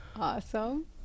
Awesome